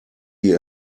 die